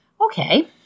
Okay